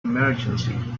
emergency